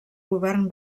govern